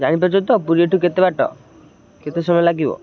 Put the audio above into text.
ଜାଣିପାରୁଛ ତ ପୁରୀ ଏଠୁ କେତେ ବାଟ କେତେ ସମୟ ଲାଗିବ